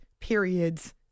periods